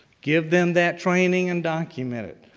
give them that training and document it.